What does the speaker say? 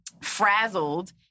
frazzled